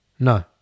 No